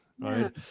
Right